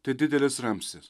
tai didelis ramstis